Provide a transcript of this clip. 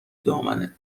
دامنت